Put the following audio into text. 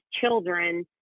children